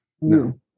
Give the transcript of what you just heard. No